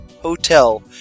Hotel